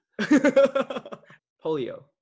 Polio